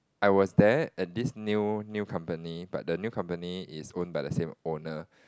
I was there at this new new company but the new company is own by the same owner